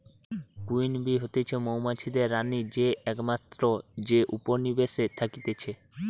queen bee হতিছে মৌমাছিদের রানী যে একমাত্র যে উপনিবেশে থাকতিছে